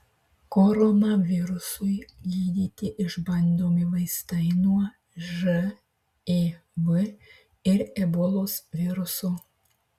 koronavirusui gydyti išbandomi vaistai nuo živ ir ebolos viruso